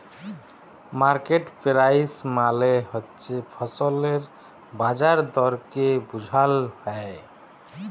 market price মালে হছে ফসলের বাজার দরকে বুঝাল হ্যয়